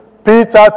Peter